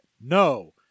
No